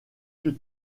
que